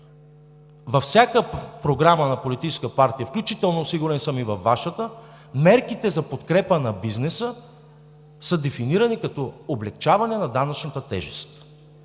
Във всяка програма на политическа партия, включително, сигурен съм, и във Вашата, мерките за подкрепа на бизнеса са дефинирани като облекчаване на данъчната тежест,